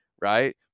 Right